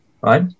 right